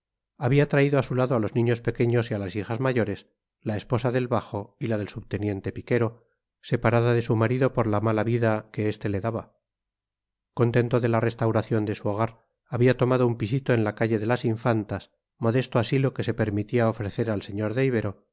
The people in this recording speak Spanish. había traído a su lado a los niños pequeños y a las hijas mayores la esposa del bajo y la del subteniente piquero separada de su marido por la mala vida que este le daba contento de la restauración de su hogar había tomado un pisito en la calle de las infantas modesto asilo que se permitía ofrecer al sr de ibero